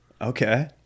Okay